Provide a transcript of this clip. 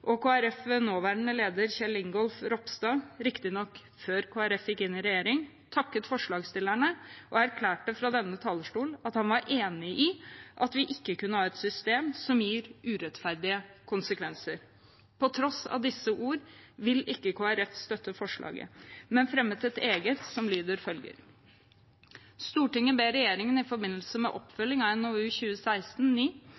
Kristelig Folkeparti, ved nåværende leder Kjell Ingolf Ropstad, riktignok før Kristelig Folkeparti gikk inn i regjering, takket forslagsstillerne og erklærte fra denne talerstol at man var enig i at vi ikke kunne ha et system som gir urettferdige konsekvenser. På tross av disse ord vil ikke Kristelig Folkeparti støtte forslaget, men har fremmet et eget, som lyder som følger: «Stortinget ber regjeringen i forbindelse med